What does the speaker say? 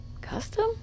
Custom